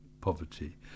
poverty